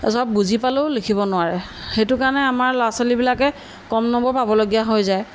চব বুজি পালেও লিখিব নোৱাৰে সেইটো কাৰণে আমাৰ ল'ৰা ছোৱালীবিলাকে কম নম্বৰ পাবলগীয়া হৈ যায়